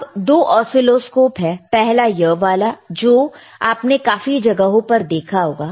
अब दो असीलोस्कोप है पहला यह वाला जो आपने काफी जगहों पर देखा होगा